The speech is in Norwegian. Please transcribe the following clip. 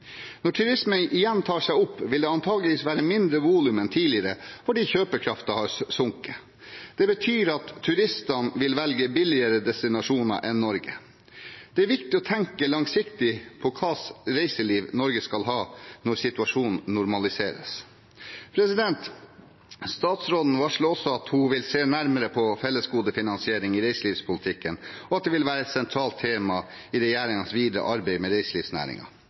Når turismen igjen tar seg opp, vil det antakelig være mindre volum enn tidligere fordi kjøpekraften har sunket. Det betyr at turistene vil velge billigere destinasjoner enn Norge. Det er viktig å tenke langsiktig på hvilket reiseliv Norge skal ha når situasjonen normaliseres. Statsråden varslet også at hun vil se nærmere på fellesgodefinansiering i reiselivspolitikken, og at det vil være et sentralt tema i regjeringens videre arbeid med